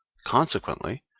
consequently,